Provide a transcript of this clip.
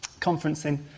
Conferencing